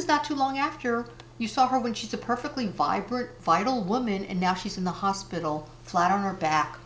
is not too long after you saw her when she's a perfectly vibrant vital woman and now she's in the hospital flat on her back